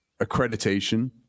accreditation